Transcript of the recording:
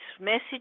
message